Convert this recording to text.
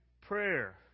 prayer